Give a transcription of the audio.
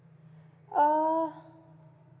uh